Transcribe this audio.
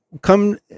come